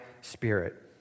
spirit